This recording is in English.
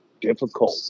difficult